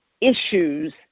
issues